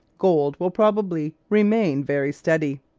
gold will probably remain very steady